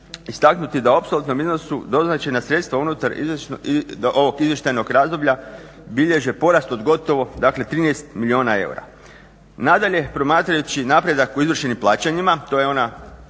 istaknuti da u apsolutnom iznosu doznačena sredstva unutar ovog izvještajnog razdoblja bilježe porast od gotovo, dakle 13 milijuna eura. Nadalje, promatrajući napredak u izvršenim plaćanjima, to je ona